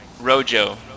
Rojo